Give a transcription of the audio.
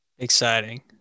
Exciting